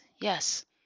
Yes